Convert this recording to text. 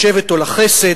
לשבט או לחסד,